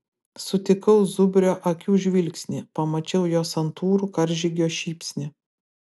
sutikau zubrio akių žvilgsnį pamačiau jo santūrų karžygio šypsnį